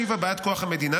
השיבה באת כוח המדינה,